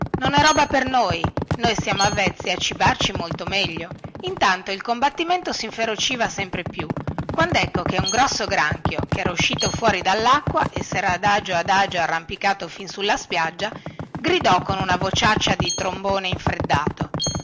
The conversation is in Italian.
non è roba per noi noi siamo avvezzi a cibarci molto meglio intanto il combattimento sinferociva sempre più quandecco che un grosso granchio che era uscito fuori dellacqua e sera adagio adagio arrampicato fin sulla spiaggia gridò con una vociaccia di trombone infreddato